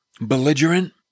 belligerent